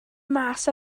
mas